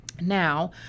Now